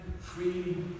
free